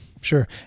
sure